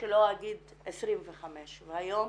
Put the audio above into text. שלא אגיד 25. והיום